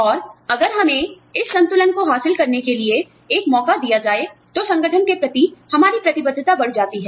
और अगर हमें इस संतुलन को हासिल करने के लिए एक मौका दिया जाए तो संगठन के प्रति हमारी प्रतिबद्धता बढ़ जाती है